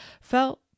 felt